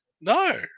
No